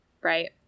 right